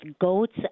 goats